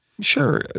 Sure